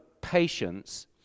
patience